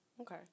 Okay